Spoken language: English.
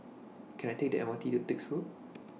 Can I Take The M R T to Dix Road